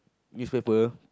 newspaper